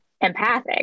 empathic